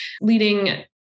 leading